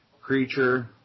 creature